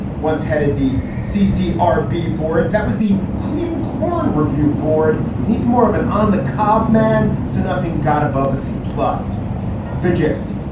once headed the ccr b board. that was the cream corn review board. and he's more of an on the cob man. so nothing got above a c plus the gist.